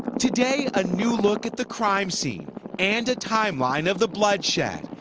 today a new look at the crime scene and a timeline of the bloodshed.